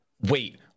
wait